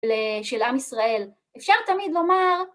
של עם ישראל. אפשר תמיד לומר...